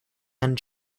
and